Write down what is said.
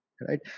right